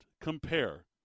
compare